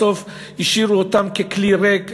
בסוף השאירו אותם ככלי ריק.